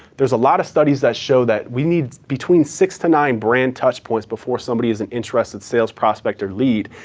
there's a lot of studies that show that we need between six to nine brand touchpoints before somebody is an interested sales prospect or lead,